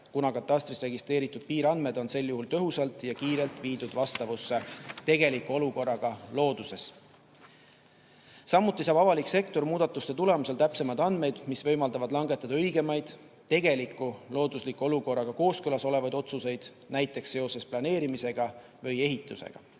kuna katastris registreeritud piiriandmed on sel juhul tõhusalt ja kiirelt viidud vastavusse tegeliku olukorraga looduses. Samuti saab avalik sektor muudatuste tulemusel täpsemaid andmeid, mis võimaldavad langetada õigemaid, tegeliku loodusliku olukorraga kooskõlas olevaid otsuseid, näiteks seoses planeerimisega või ehitusega.